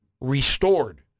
restored